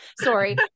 sorry